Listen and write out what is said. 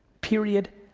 period,